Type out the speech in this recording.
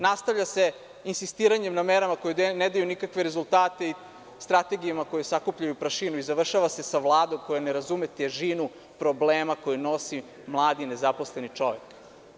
Nastavlja se insistiranjem na merama koje ne daju nikakve rezultate i strategijama koje sakupljaju prašinu i završava se sa Vladom koja ne razume težinu problema koji nosi mladi i nezaposleni čovek.